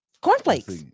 Cornflakes